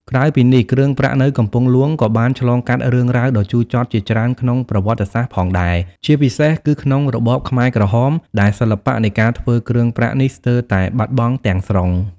ក្រៅពីនេះ គ្រឿងប្រាក់នៅកំពង់ហ្លួងក៏បានឆ្លងកាត់រឿងរ៉ាវដ៏ជូរចត់ជាច្រើនក្នុងប្រវត្តិសាស្ត្រផងដែរ ជាពិសេសគឺក្នុងរបបខ្មែរក្រហម ដែលសិល្បៈនៃការធ្វើគ្រឿងប្រាក់នេះស្ទើរតែបាត់បង់ទាំងស្រុង។